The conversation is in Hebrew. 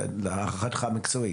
זה נפוץ ככה